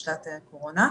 משל"ט הקורונה.